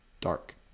dark